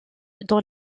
dans